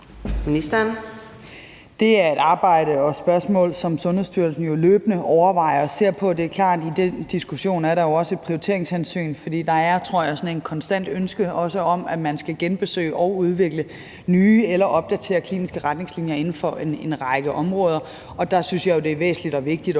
Løhde): Det er et arbejde og et spørgsmål, som Sundhedsstyrelsen jo løbende overvejer og ser på. Det er klart, at i den diskussion er der også et prioriteringshensyn, for der er, tror jeg, sådan et konstant ønske om, at man skal genbesøge og udvælge nye eller opdatere de kliniske retningslinjer inden for en række områder, og der synes jeg, det er væsentligt og vigtigt,